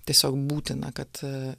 tiesiog būtina kad